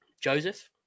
Joseph